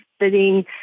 sitting